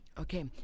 Okay